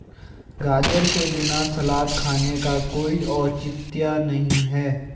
गाजर के बिना सलाद खाने का कोई औचित्य नहीं है